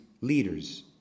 leaders